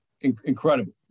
incredible